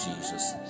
Jesus